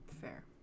Fair